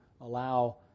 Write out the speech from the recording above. allow